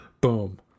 boom